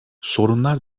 sorunlar